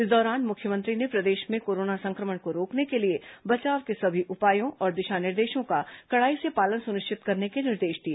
इस दौरान मुख्यमंत्री ने प्रदेश में कोरोना संक्रमण को रोकने के लिए बचाव के सभी उपायों और दिशा निर्देशों का कड़ाई से पालन सुनिश्चित करने के निर्देश दिए